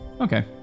Okay